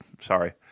Sorry